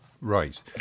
Right